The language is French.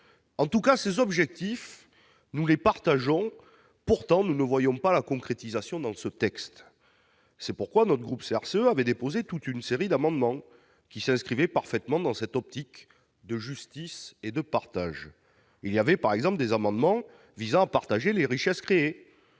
le travail ». Si nous partageons ces objectifs, nous ne voyons pas leur concrétisation dans ce texte. C'est pourquoi le groupe CRCE avait déposé toute une série d'amendements qui s'inscrivaient parfaitement dans cette optique de justice et de partage. Nous avions déposé des amendements visant à partager les richesses créées.